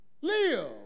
live